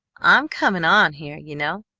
i'm coming on heah, you know,